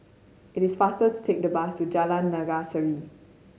it is faster to take the bus to Jalan Naga Sari